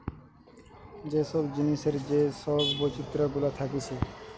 যে কোন জিনিসের যে সব বৈচিত্র গুলা থাকতিছে